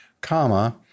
comma